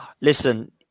Listen